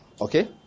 Okay